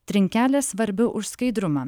trinkelės svarbiau už skaidrumą